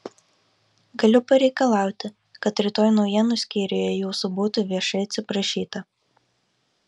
galiu pareikalauti kad rytoj naujienų skyriuje jūsų būtų viešai atsiprašyta